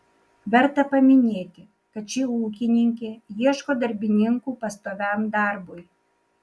verta paminėti kad ši ūkininkė ieško darbininkų pastoviam darbui